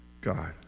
God